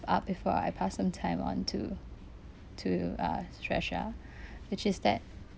up before I pass on time on to to uh stresha which is that